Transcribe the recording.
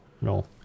no